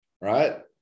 Right